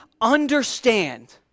understand